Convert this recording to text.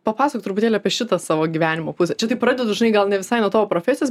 papasakok truputėlį apie šitą savo gyvenimo pusę čia taip pradedu žinai gal ne visai nuo tavo profesijos